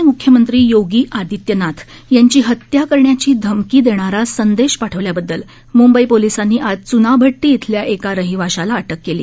म्ख्यमंत्री योगी आदित्यनाथ यांची हत्या करण्याची धमकी देणारा संदेश उत्तरप्रदेशचे पाठवल्याबददल मुंबई पोलिसांनी आज च्नाभट्टी इथल्या एका रहिवाशाला अटक केली